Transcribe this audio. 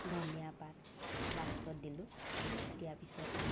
ধনীয়া পাত লাষ্টত দিলোঁ দিয়াৰ পিছত